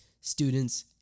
students